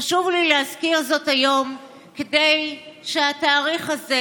חשוב לי להזכיר זאת היום כדי שהתאריך הזה